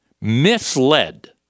misled